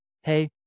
Hey